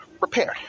repaired